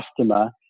customer